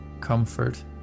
comfort